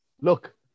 look